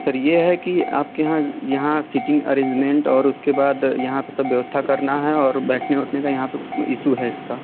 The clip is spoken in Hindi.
सर ये है कि आपके यहाँ यहाँ सिटिंग अरेंजमेंट और उसके बाद यहाँ पर सब व्यवस्था करना है और बैठने उठने का यहाँ पर ईसू है इसका